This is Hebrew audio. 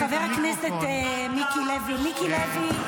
חבר הכנסת מיקי לוי, מיקי לוי.